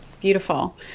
Beautiful